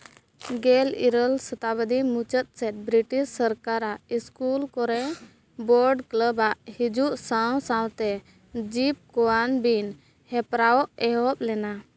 ᱜᱮᱞ ᱤᱨᱟᱹᱞ ᱥᱚᱛᱟᱵᱫᱤ ᱢᱩᱪᱟᱹᱫ ᱥᱮᱫ ᱵᱨᱤᱴᱤᱥ ᱥᱚᱨᱠᱟᱨᱟᱜ ᱥᱠᱩᱞ ᱠᱚᱨᱮ ᱵᱳᱨᱰ ᱠᱞᱟᱵᱽ ᱟᱜ ᱦᱤᱡᱩᱜ ᱥᱟᱶ ᱥᱟᱶᱛᱮ ᱡᱤᱵᱽ ᱠᱚᱣᱟᱱ ᱵᱤᱱ ᱦᱮᱯᱨᱟᱣ ᱮᱦᱚᱵ ᱞᱮᱱᱟ